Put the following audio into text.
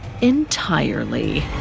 entirely